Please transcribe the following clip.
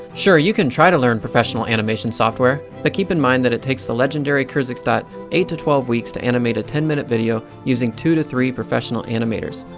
sure, you can try to learn professional animation software, but keep in mind that it takes the legendary kurzgesagt eight to twelve weeks to animate a ten minute video, using two to three professional animators.